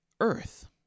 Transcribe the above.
earth